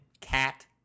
cat